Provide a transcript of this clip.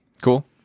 Cool